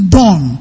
done